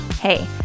Hey